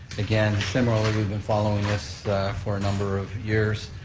again, similarly we've been following this for a number of years.